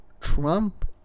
Trump